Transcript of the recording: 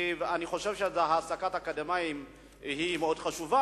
כי אני חושב שהעסקת אקדמאים היא מאוד חשובה.